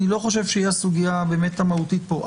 אני לא חושב שהיא הסוגיה באמת המהותית פה.